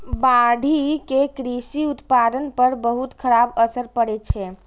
बाढ़ि के कृषि उत्पादन पर बहुत खराब असर पड़ै छै